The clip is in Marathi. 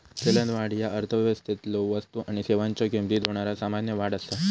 चलनवाढ ह्या अर्थव्यवस्थेतलो वस्तू आणि सेवांच्यो किमतीत होणारा सामान्य वाढ असा